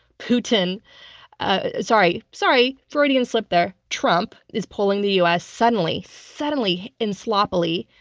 putin ah sorry, sorry, freudian slip there trump is pulling the u. s. suddenly, suddenly and sloppily,